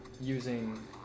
using